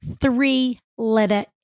three-letter